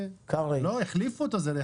החליפו.